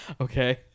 Okay